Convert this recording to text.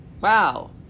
wow